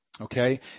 Okay